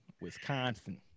Wisconsin